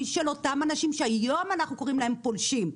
של אותם אנשים שהיום אנחנו קוראים להם פולשים.